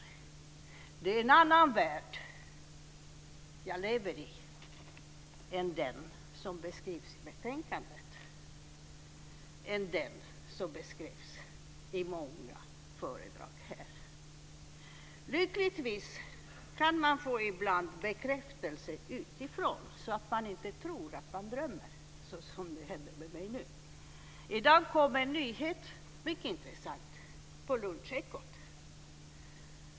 Jag lever i en annan värld än den som beskrivs i betänkandet, än den som beskrivs i många föredrag här. Lyckligtvis kan man ibland få bekräftelse utifrån, så att man inte tror att man drömmer, så som hände med mig nu. I dag kom en mycket intressant nyhet på lunchekot.